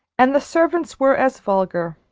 and the servants were as vulgar.